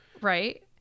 right